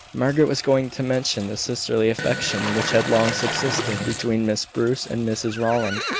margaret was going to mention the sisterly affection which had long subsisted between miss bruce and mrs rowland,